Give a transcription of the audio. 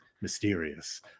mysterious